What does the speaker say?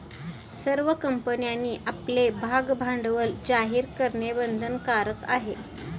सर्व कंपन्यांनी आपले भागभांडवल जाहीर करणे बंधनकारक आहे